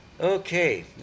Okay